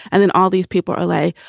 and then all these people are like,